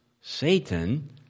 Satan